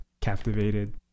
captivated